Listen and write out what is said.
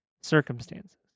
circumstances